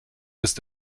ist